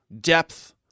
depth